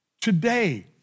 today